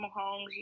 Mahomes